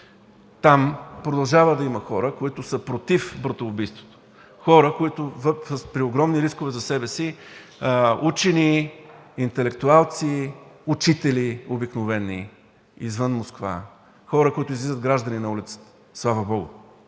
Там продължава да има хора, които са против братоубийството, хора, които при огромни рискове за себе си – учени, интелектуалци, обикновени учители извън Москва, хора, които излизат на улицата, слава богу,